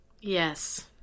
Yes